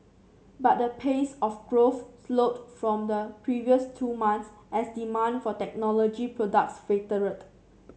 but the pace of growth slowed from the previous two months as demand for technology products faltered